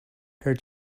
her